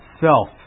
self